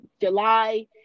July